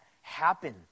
happen